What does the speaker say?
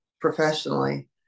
professionally